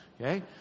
okay